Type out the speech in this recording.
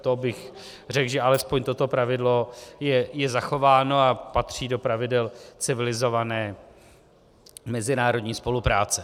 To bych řekl, že alespoň toto pravidlo je zachováno a patří do pravidel civilizované mezinárodní spolupráce.